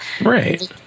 right